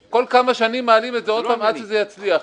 כמה שנים מעלים את זה עוד פעם עד שזה יצליח.